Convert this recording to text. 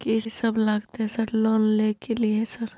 कि सब लगतै सर लोन ले के लिए सर?